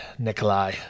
Nikolai